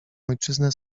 ojczyznę